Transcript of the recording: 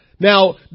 Now